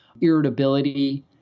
irritability